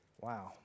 Wow